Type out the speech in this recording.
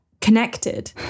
connected